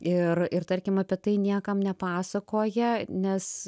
ir ir tarkim apie tai niekam nepasakoja nes